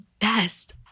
best